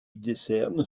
décerne